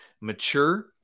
mature